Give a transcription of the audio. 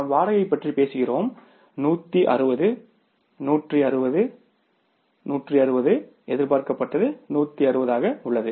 நாம் வாடகை பற்றி பேசுகிறோம் 160 160 160 எதிர்பார்க்கப்பட்டது 160 உள்ளது